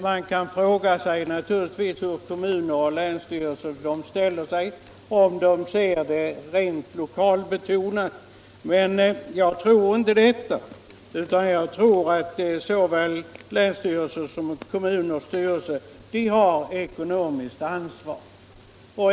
Man kan naturligtvis fråga om kommuner och länsstyrelser bara ser till lokalintressena. Jag tror inte att så är fallet utan att både länsstyrelser och kommuner har ett ekonomiskt ansvar.